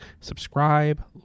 subscribe